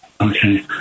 Okay